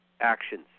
actions